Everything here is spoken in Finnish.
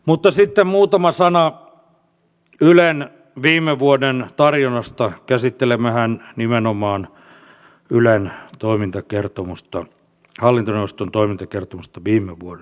mutta sitten muutama sana ylen viime vuoden tarjonnasta käsittelemmehän nimenomaan ylen hallintoneuvoston toimintakertomusta viime vuodelta